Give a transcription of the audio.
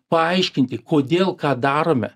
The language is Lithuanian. paaiškinti kodėl ką darome